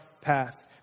path